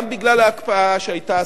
גם בגלל ההקפאה שהיתה,